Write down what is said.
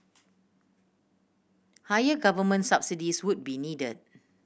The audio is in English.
higher government subsidies would be needed